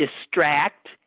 distract